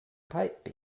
pipe